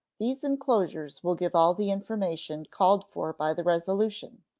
these inclosures will give all the information called for by the resolution,